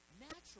natural